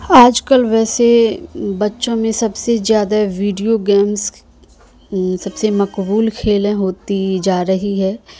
آج کل ویسے بچوں میں سب سے زیادہ ویڈیو گیمز سب سے مقبول کھیلیں ہوتی جا رہی ہے